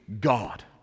God